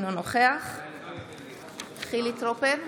אינו נוכח חילי טרופר,